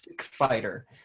Fighter